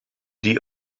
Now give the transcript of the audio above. die